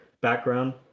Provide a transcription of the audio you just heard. background